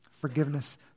Forgiveness